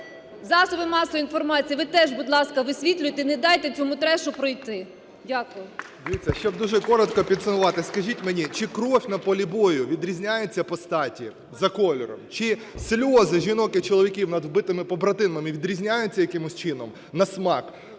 Засоби масової інформації, ви теж, будь ласка, висвітлюйте, не дайте цьому трешу пройти. Дякую. ЖМЕРЕНЕЦЬКИЙ О.С. Дивіться, щоб дуже коротко підсумувати. Скажіть мені, чи кров на полі бою відрізняється по статі за кольором? Чи сльози жінок і чоловік над вбитими побратимами відрізняються якимось чином на смак?